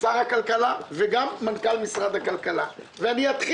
שר הכלכלה וגם מנכ"ל משרד הכלכלה והתעשייה.